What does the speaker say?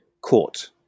court